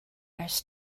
ers